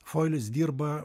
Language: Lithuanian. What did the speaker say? foilis dirba